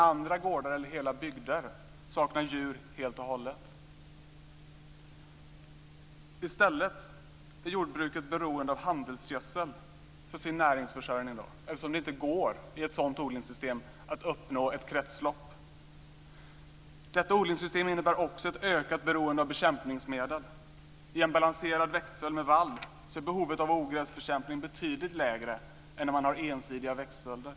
Andra gårdar eller hela bygder saknar helt och hållet djur. Jordbruket är beroende av handelsgödsel för sin näringsförsörjning, eftersom det i ett sådant odlingssystem inte går att uppnå ett kretslopp. Detta odlingssystem innebär också ett ökat beroende av bekämpningsmedel. I en balanserad växtföljd med vall är behovet av ogräsbekämpning betydligt mindre än i ensidiga växtföljder.